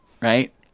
right